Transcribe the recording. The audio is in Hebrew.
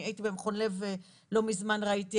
אני הייתי במכון לב לא מזמן, ראיתי.